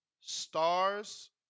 Stars